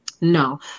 No